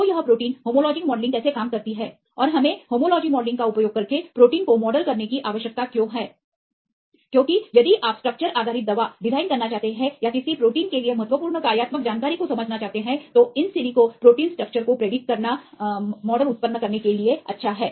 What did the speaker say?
तो यह protein homology modelling कैसे काम करती है और हमें होमोलॉजी मॉडलिंग का उपयोग करके प्रोटीन को मॉडल करने की आवश्यकता क्यों है क्योंकि यदि आप स्ट्रक्चर आधारित दवा डिज़ाइन करना चाहते हैं या किसी प्रोटीन के लिए महत्वपूर्ण कार्यात्मक महत्वपूर्ण जानकारी को समझना चाहते हैं तो इनसिलिको प्रोटीन स्ट्रक्चर की भविष्यवाणी का उपयोग करके मॉडल उत्पन्न करना अच्छा है